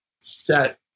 set